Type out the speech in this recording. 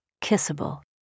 kissable